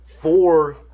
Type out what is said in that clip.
Four